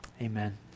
amen